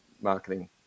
marketing